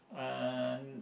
uh